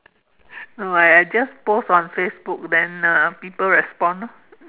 no I I just post on Facebook then uh people respond loh